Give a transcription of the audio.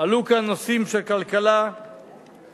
עלו כאן נושאים של כלכלה וחברה.